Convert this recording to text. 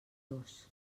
dos